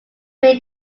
may